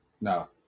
No